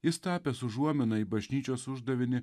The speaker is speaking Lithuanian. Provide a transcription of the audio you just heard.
jis tapęs užuomina į bažnyčios uždavinį